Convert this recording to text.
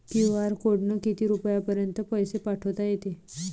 QR कोडनं किती रुपयापर्यंत पैसे पाठोता येते?